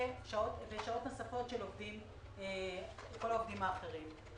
ושעות נוספות של כל העובדים האחרים.